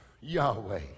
Yahweh